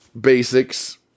basics